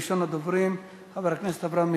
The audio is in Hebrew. מס' 7585,